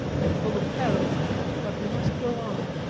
if full of peril but we must go on,